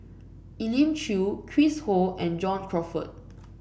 Elim Chew Chris Ho and John Crawfurd